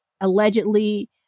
allegedly